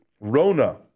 Rona